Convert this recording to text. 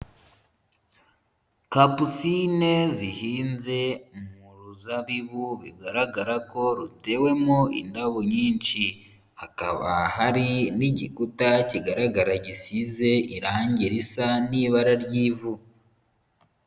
Kapusine zihinze mu ruzabibu bigaragara ko rutewemo indabo nyinshi, hakaba hari n'igikuta kigaragara gisize irangi risa n'ibara ry'ivu.